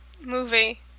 movie